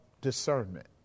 discernment